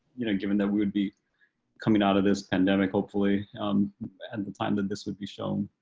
you know, given that we would be coming out of this endemic hopefully um and the time that this would be shown